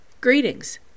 Greetings